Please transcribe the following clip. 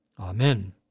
Amen